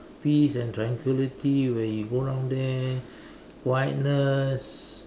peace and tranquility where you go down there quietness